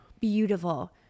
beautiful